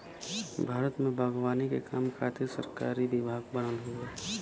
भारत में बागवानी के काम खातिर सरकारी विभाग बनल हउवे